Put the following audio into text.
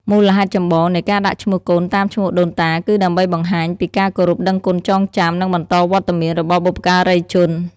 មូលហេតុចម្បងនៃការដាក់ឈ្មោះកូនតាមឈ្មោះដូនតា គឺដើម្បីបង្ហាញពីការគោរពដឹងគុណ ចងចាំ និងបន្តវត្តមានរបស់បុព្វការីជន។